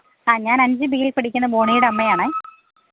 ആ ഞാൻ അഞ്ച് ബിയിൽ പഠിക്കുന്ന ബോണിയുടെ അമ്മയാണേ